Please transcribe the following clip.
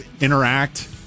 interact